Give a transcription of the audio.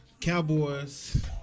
Cowboys